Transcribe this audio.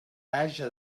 haja